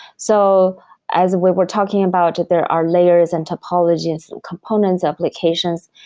so as we were talking about there are layers and topologies components applications,